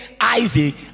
Isaac